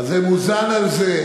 זה מוזן מזה.